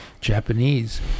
Japanese